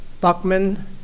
Buckman